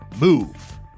move